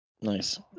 Nice